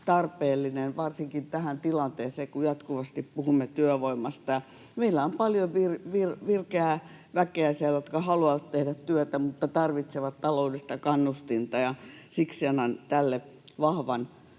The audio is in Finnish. tarpeellinen varsinkin tähän tilanteeseen, kun jatkuvasti puhumme työvoimasta ja meillä on paljon virkeää väkeä, joka haluaa tehdä työtä mutta tarvitsee taloudellista kannustinta. Siksi annan tälle vahvan